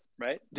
Right